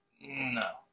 No